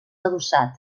adossat